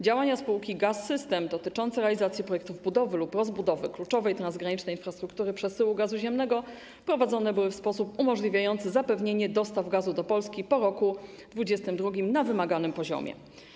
Działania spółki Gaz-System dotyczące realizacji projektów budowy lub rozbudowy kluczowej transgranicznej infrastruktury przesyłu gazu ziemnego prowadzone były w sposób umożliwiający zapewnienie dostaw gazu do Polski po roku 2022 na wymaganym poziomie.